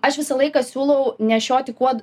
aš visą laiką siūlau nešioti kuo